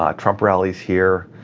ah trump rallies here,